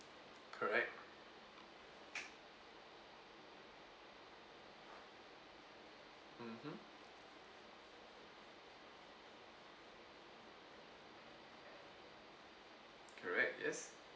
correct mmhmm correct yes